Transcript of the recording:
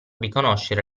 riconoscere